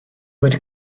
wedi